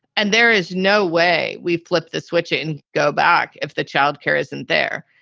and there is no way we flip the switch and go back if the child care isn't there.